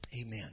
amen